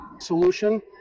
solution